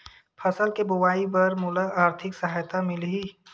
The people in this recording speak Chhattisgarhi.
फसल के बोआई बर का मोला आर्थिक सहायता मिलही?